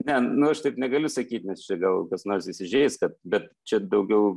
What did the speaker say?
ne nu aš taip negaliu sakyt nes čia gal kas nors įsižeis kad bet čia daugiau